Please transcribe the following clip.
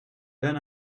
when